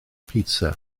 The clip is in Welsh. pitsa